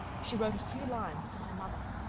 she wrote a few lines to her mother.